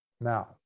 Now